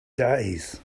days